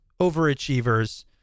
overachievers